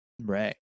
Right